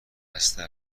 بسته